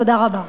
תודה רבה.